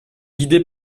guidé